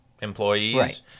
employees